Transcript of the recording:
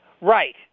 Right